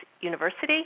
University